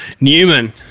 Newman